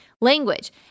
language